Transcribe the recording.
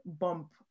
bump